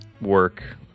work